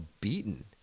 beaten